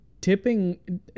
tipping